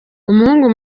umuhungu